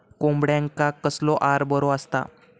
कोंबड्यांका कसलो आहार बरो असता?